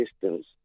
distance